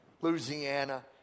Louisiana